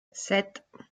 sept